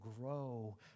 grow